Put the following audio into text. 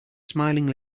smiling